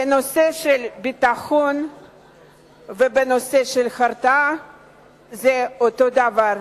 בנושא של ביטחון ובנושא של הרתעה זה אותו הדבר,